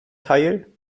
teil